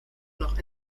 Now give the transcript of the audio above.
noch